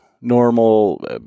normal